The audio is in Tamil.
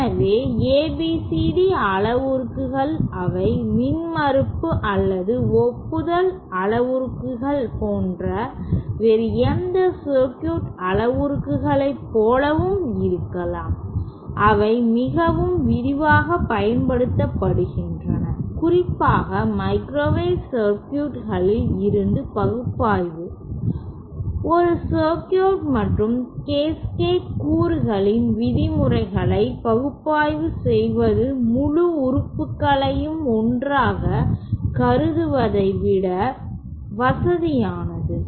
எனவே ABCD அளவுருக்கள் அவை மின்மறுப்பு அல்லது ஒப்புதல் அளவுருக்கள் போன்ற வேறு எந்த சர்க்யூட் அளவுருக்களைப் போலவும் இருக்கலாம் அவை மிகவும் விரிவாகப் பயன்படுத்தப்படுகின்றன குறிப்பாக மைக்ரோவேவ் சர்க்யூட்களில் இருந்து பகுப்பாய்வு ஒரு சர்க்யூட் மற்றும் கேஸ்கேட் கூறுகளின் விதிமுறைகளை பகுப்பாய்வு செய்வது முழு உறுப்புகளையும் ஒன்றாக கருதுவதை விட வசதியானது